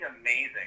amazing